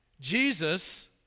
Jesus